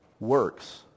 works